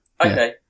Okay